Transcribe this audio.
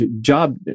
job